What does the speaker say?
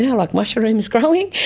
yeah like mushrooms growing?